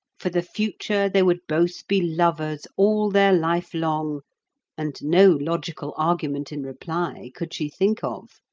for the future they would both be lovers all their life long and no logical argument in reply could she think of.